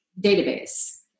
database